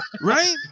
Right